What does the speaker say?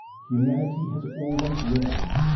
humanity has always wrestled,